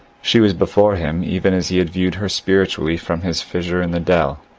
she was before him even as he had viewed her spiritually from his fissure in the dell,